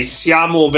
siamo